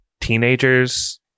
teenagers